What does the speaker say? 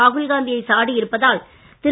ராகுல் காந்தி யை சாடியிருப்பதால் திரு